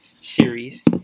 series